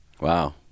Wow